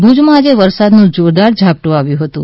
ભૂજમાં આજે વરસાદનું જોરદાર ઝાપટું આવ્યું હતું